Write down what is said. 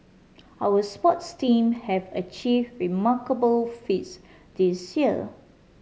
our sports team have achieved remarkable feats this year